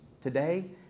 today